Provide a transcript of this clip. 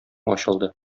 ачылды